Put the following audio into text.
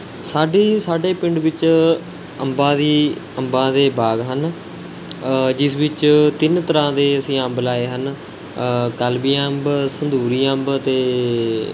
ਸਾਡੀ ਸਾਡੇ ਪਿੰਡ ਵਿੱਚ ਅੰਬਾਂ ਦੀ ਅੰਬਾਂ ਦੇ ਬਾਗ਼ ਹਨ ਜਿਸ ਵਿੱਚ ਤਿੰਨ ਤਰ੍ਹਾਂ ਦੇ ਅਸੀਂ ਅੰਬ ਲਗਾਏ ਹਨ ਕਲਮੀ ਅੰਬ ਸੰਦੂਰੀ ਅੰਬ ਅਤੇ